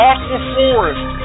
Aquaforest